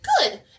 Good